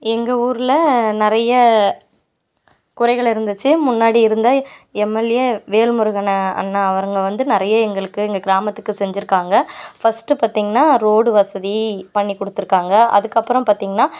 எங்கள் ஊரில் நிறைய குறைகள் இருந்துச்சு முன்னாடி இருந்த எம்எல்ஏ வேல்முருகன்னு அண்ணா அவங்க வந்து நிறைய எங்களுக்கு எங்கள் கிராமத்துக்கு செஞ்சுருக்காங்க ஃபஸ்ட்டு பார்த்தீங்கன்னா ரோடு வசதி பண்ணி கொடுத்துருக்காங்க அதுக்கப்பறம் பார்த்தீங்கன்னா